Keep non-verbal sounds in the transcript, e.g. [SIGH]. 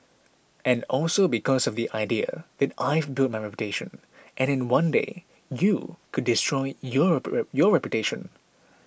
and also because of the idea that I've built my reputation and in one day you could destroy your [UNINTELLIGIBLE] your reputation